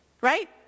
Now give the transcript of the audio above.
Right